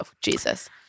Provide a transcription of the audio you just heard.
Jesus